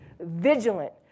vigilant